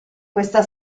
questa